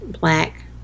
black